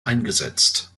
eingesetzt